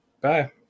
Bye